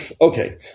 Okay